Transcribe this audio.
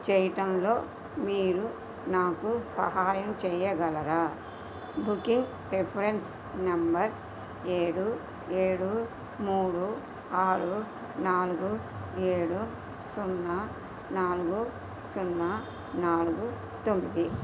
చెయ్యడంలో మీరు నాకు సహాయం చెయ్యగలరా బుకింగ్ రిఫరెన్స్ నంబర్ ఏడు ఏడు మూడు ఆరు నాలుగు ఏడు సున్నా నాలుగు సున్నా నాలుగు తొమ్మిది